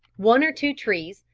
one or two trees,